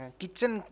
kitchen